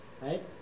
right